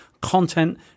content